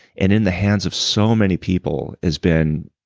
and in the hands of so many people has been